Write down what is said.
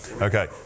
Okay